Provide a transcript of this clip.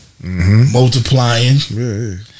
Multiplying